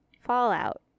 Fallout